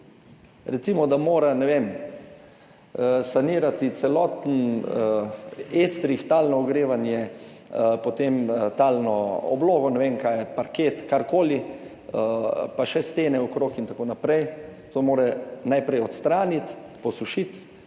Recimo, da mora, ne vem, sanirati celoten estrih, talno ogrevanje, potem talno oblogo, ne vem kaj je parket, karkoli, pa še stene okrog, itn. to mora najprej odstraniti, posušiti